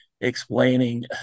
explaining